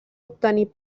obtenir